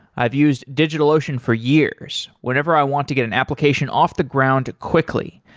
i've used digitalocean for years whenever i want to get an application off the ground quickly,